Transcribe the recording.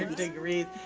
and degrees.